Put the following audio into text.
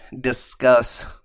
discuss